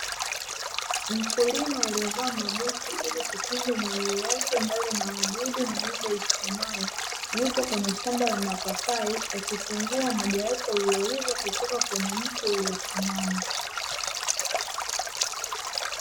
Mkulima aliyevaa mabuti ili kukinga miguu yake mbali na wadudu na mimba ichomayo. Yupo kwenye shamba la mapapai akitunguwa mojawapo lililoiva kutoka kwenye mti uliosimama.